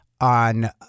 on